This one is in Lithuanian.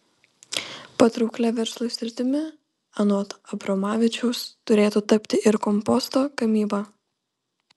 patrauklia verslui sritimi anot abromavičiaus turėtų tapti ir komposto gamyba